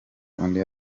undi